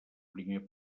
primer